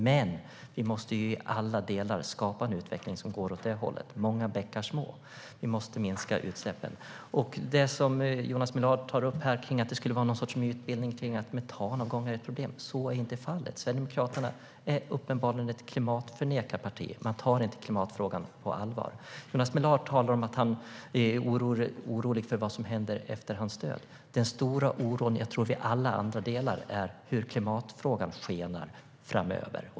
Men vi måste i alla delar skapa en utveckling som går åt det hållet - många bäckar små! Vi måste minska utsläppen. Jonas Millard tar upp att det skulle finnas något slags mytbildning om att metanavgång är ett problem. Så är inte fallet. Sverigedemokraterna är uppenbarligen ett klimatförnekarparti. De tar inte klimatfrågan på allvar. Jonas Millard talar om att han är orolig för vad som händer efter hans död. Den stora oro som jag tror att alla vi andra delar gäller hur klimatfrågan skenar framöver.